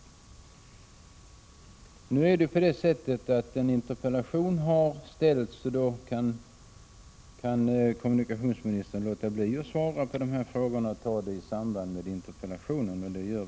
Nu har emellertid en 15 december 1986 interpellation framställts, och då kan kommunikationsministern låta bli att. = AZ mee svara på dessa frågor och ta upp dem i samband med interpellationen.